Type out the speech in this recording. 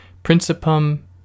Principum